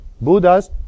Buddhas